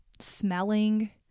smelling